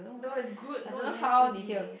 no is good not it have to be